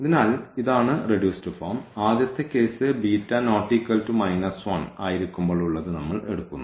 അതിനാൽ ഇതാണ് കുറച്ച ഫോം ആദ്യത്തെ കേസ് ആയിരിക്കുമ്പോൾ ഉള്ളത് നമ്മൾ എടുക്കുന്നു